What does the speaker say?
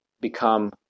become